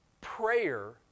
Prayer